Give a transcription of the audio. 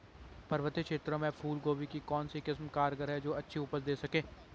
पर्वतीय क्षेत्रों में फूल गोभी की कौन सी किस्म कारगर है जो अच्छी उपज दें सके?